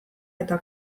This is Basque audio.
eta